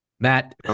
Matt